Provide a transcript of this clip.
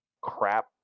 crap